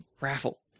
raffle